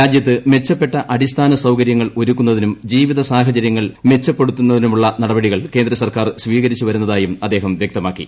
രാജ്യത്ത് മെച്ചപ്പെട്ട അടിസ്ഥാന സൌകരൃങ്ങൾ ഒരുക്കുന്നതിനും ജീവിത സാഹചരൃങ്ങൾ മെച്ചപ്പെടുത്തുന്നതിനുമുള്ള നടപടികൾ കേന്ദ്ര സർക്കാർ സ്വീകരിച്ചു വരുന്നിതായും അദ്ദേഹം വ്യക്തമാക്കി